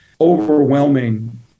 overwhelming